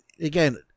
again